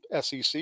SEC